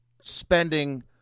spending